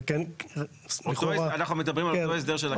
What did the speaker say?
אנחנו מדברים על אותו הסדר.